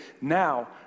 now